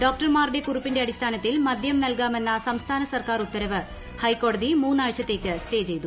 ഡോക്ടർമാരുടെ കുറിപ്പിന്റെ അടിസ്ഥാനത്തിൽ മദ്യം നൽകാമെന്ന സംസ്ഥാന സ്ക്ർക്കാ്ർ ഉത്തരവ് ഹൈക്കോടതി മൂന്നാഴ്ചത്തേക്ക് സ്റ്റേ ചെയ്തു